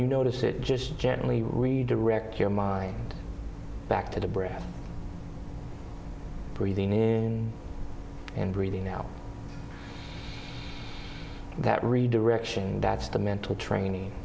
you notice it just gently redirect your mind back to the breath breathing in and breathing now that redirection that's the mental train